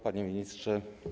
Panie Ministrze!